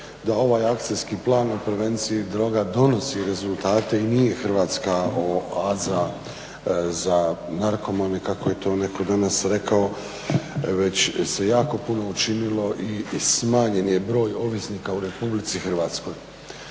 da ovaj akcijski plan u konvenciji droga donosi rezultate i nije Hrvatska oaza za narkomane kako je to netko danas rekao, već se jako puno učinilo i smanjen je broj ovisnika u RH.